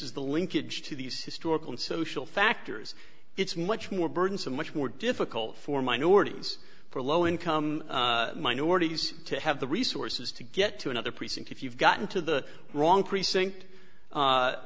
is the linkage to these historical and social factors it's much more burdensome much more difficult for minorities for low income minorities to have the resources to get to another precinct if you've gotten to the wrong precinct